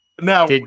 Now